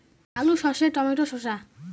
আলু সর্ষে টমেটো শসা